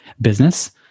business